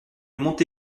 monte